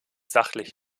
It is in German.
sachlich